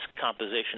composition